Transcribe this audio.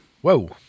whoa